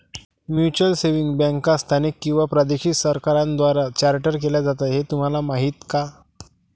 Mutual savings बँका स्थानिक किंवा प्रादेशिक सरकारांद्वारे चार्टर्ड केल्या जातात हे तुम्हाला माहीत का?